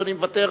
אדוני, מוותר?